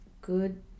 good